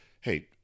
Hey